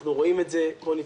אנחנו רואים את זה, בוא נתקדם.